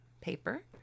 paper